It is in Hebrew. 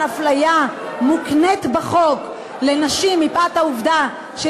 אפליה מוקנית בחוק לנשים מפאת העובדה שנכון,